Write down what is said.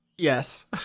yes